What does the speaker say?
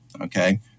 Okay